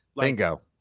Bingo